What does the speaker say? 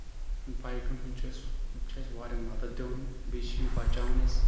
بایکن ہُنٛد چھُ اَسہ واریاہ مدد دِوان بیٚیہِ چھِ یِم بَچاون اَسہِ